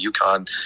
UConn